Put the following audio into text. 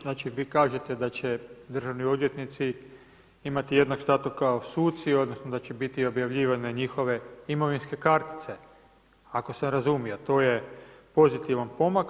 Znači vi kaže da će državni odvjetnici imati jednaki status kao suci, odnosno da će biti objavljivanje njihove imovinske kartice, ako sam razumio, to je pozitivan pomak.